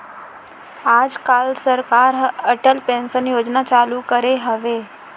आज काल सरकार ह अटल पेंसन योजना चालू करे हवय